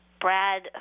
Brad